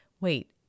wait